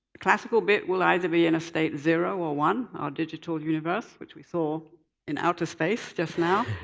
classical bit will either be in a state zero or one, our digital universe, which we saw in outer space just now.